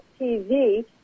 TV